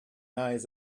eyes